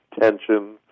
tension